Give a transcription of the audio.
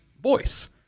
VOICE